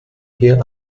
hier